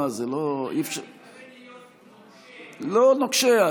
------ מתכוון להיות נוקשה --- לא נוקשה.